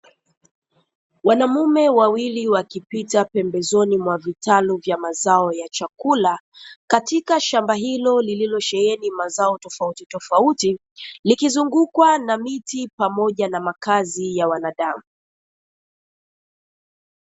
Wanaume wawili wakipita pembezoni mwa vitalu vya mazao ya chakula katika shamba hilo lililosheheni mazao tofautitofauti, likizungukwa na miti pamoja na makazi ya wanadamu.